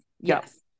Yes